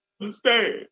understand